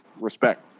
Respect